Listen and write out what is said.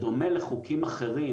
בדומה לחוקים אחרים,